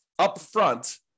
upfront